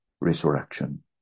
resurrection